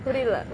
புரிலே:purilae